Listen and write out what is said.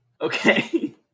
Okay